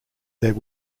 there